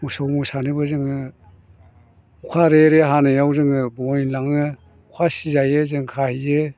मोसौ मोसानोबो जोङो अखा रे रे हानायाव जोङो बहन लाङो अखा सिजायो जों खाहैयो